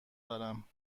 دارم